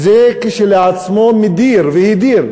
וזה כשלעצמו מדיר והדיר